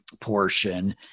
portion